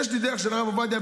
יש לי דרך של הרב עובדיה,